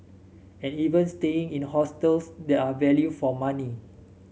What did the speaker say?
and even staying in hostels that are value for money